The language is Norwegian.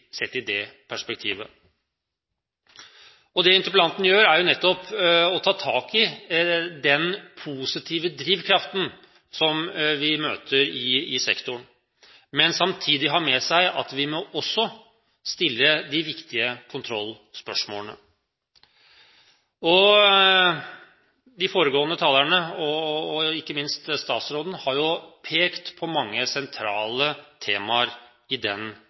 sett i det perspektivet, og det interpellanten gjør, er nettopp å ta tak i den positive drivkraften som vi møter i sektoren, men samtidig ha med seg at vi må også stille de viktige kontrollspørsmålene. De foregående talerne og ikke minst statsråden har pekt på mange sentrale temaer i den